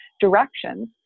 directions